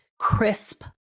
crisp